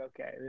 okay